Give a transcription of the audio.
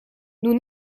nous